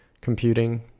computing